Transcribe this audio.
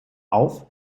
auf